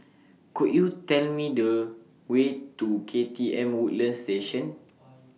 Could YOU Tell Me The Way to K T M Woodlands Station